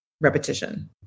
repetition